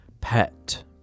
pet